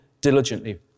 diligently